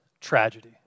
tragedy